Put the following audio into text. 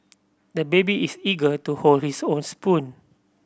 the baby is eager to hold his own spoon